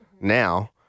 now